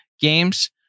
games